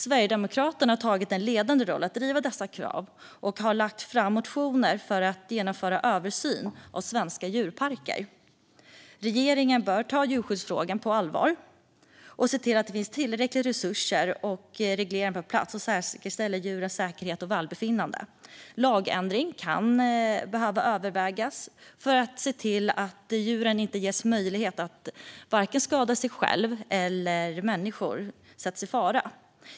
Sverigedemokraterna har tagit en ledande roll i att driva krav kring detta och har väckt motioner om att genomföra en översyn av svenska djurparker. Regeringen bör ta djurskyddsfrågan på allvar och se till att det finns tillräckliga resurser och regleringar på plats för att säkerställa djurens säkerhet och välbefinnande. Lagändringar kan behöva övervägas för att se till att djur inte ges möjlighet att skada sig själva och att människor inte utsätts för fara.